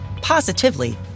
positively